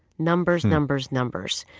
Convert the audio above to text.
numbers, numbers, numbers.